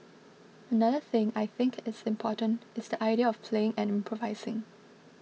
another thing I think is important is the idea of playing and improvising